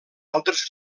altres